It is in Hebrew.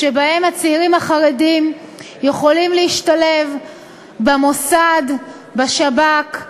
ובו הצעירים החרדים יכולים להשתלב במוסד, בשב"כ,